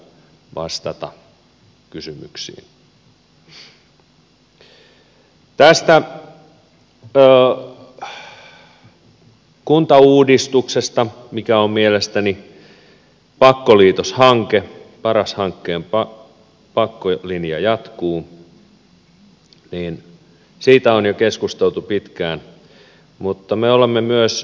tästä kuntauudistuksesta mikä on mielestäni pakkoliitoshanke paras hankkeen pakkolinja jatkuu on keskusteltu jo pitkään mutta me olemme myös huolestuneita palveluiden saatavuudesta